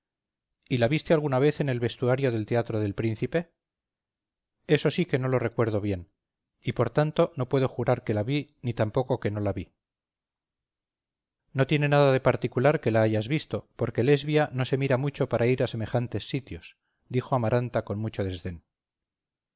y la viste alguna vez en el vestuario del teatro del príncipe eso sí que no lo recuerdo bien y por tanto no puedo jurar que la vi ni tampoco que no la vi no tiene nada de particular que la hayas visto porque lesbia no se mira mucho para ir a semejantes sitios dijo amaranta con mucho desdén